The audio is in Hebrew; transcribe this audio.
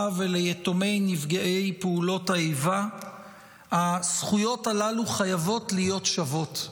וליתומי נפגעי פעולות האיבה חייבות להיות שוות,